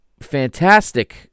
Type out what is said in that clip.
fantastic